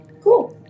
Cool